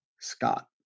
Scott